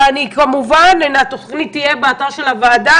כמובן התוכנית תהיה באתר של הוועדה,